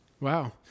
Wow